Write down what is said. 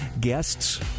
guests